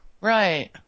Right